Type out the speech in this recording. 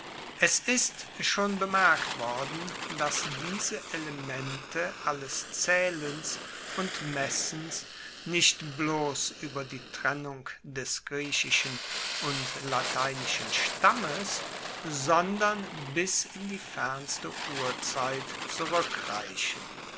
es ist schon bemerkt worden dass diese elemente alles zaehlens und messens nicht bloss ueber die trennung des griechischen und lateinischen stammes sondern bis in die fernste urzeit zurueckreichen